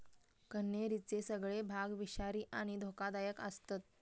कण्हेरीचे सगळे भाग विषारी आणि धोकादायक आसतत